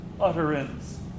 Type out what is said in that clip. utterance